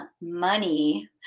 money